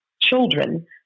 children